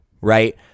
right